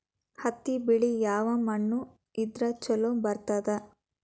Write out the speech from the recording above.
ಹತ್ತಿ ಬೆಳಿ ಯಾವ ಮಣ್ಣ ಇದ್ರ ಛಲೋ ಬರ್ತದ?